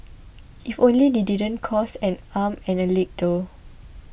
if only they didn't cost and arm and a leg though